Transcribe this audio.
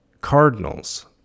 cardinals